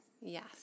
Yes